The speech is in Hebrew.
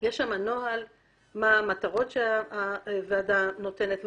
מה המטרות שהוועדה נותנת,